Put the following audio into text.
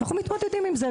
אז אנחנו מתמודדים עם זה.